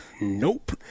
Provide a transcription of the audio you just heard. Nope